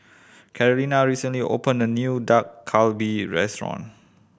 Carolina recently opened a new Dak Galbi Restaurant